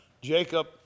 Jacob